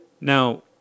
now